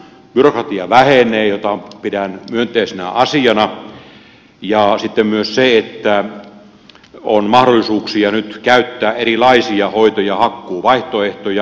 byrokratia vähenee mitä pidän myönteisenä asiana ja sitten on myös mahdollisuuksia nyt käyttää erilaisia hoito ja hakkuuvaihtoehtoja